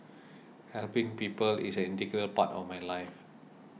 helping people is an integral part of my life